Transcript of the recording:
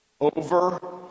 over